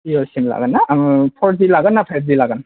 जिअ' सिम लागोन ना फरजि लागोन ना फाइबजि लागोन